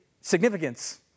Significance